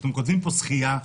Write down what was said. אתם כותבים פה שחייה,